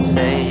Say